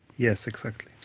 yes, exactly.